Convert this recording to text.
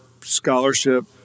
scholarship